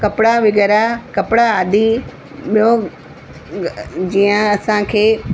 कपिड़ा वग़ैरह कपिड़ा आदि ॿियों जीअं असांखे